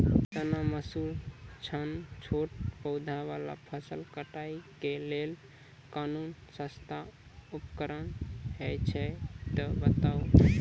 चना, मसूर सन छोट पौधा वाला फसल कटाई के लेल कूनू सस्ता उपकरण हे छै तऽ बताऊ?